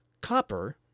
Copper